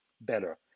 better